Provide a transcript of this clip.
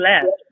left